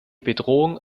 bedrohung